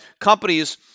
companies